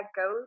go